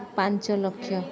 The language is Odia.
ପାଞ୍ଚ ଲକ୍ଷ